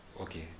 okay